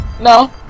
No